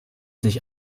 sich